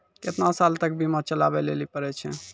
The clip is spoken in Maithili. केतना साल तक बीमा चलाबै लेली पड़ै छै?